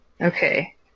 Okay